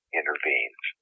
intervenes